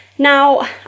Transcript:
Now